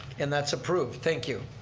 and that's approved, thank you.